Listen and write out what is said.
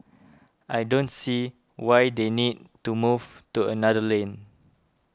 I don't see why they need to move to another lane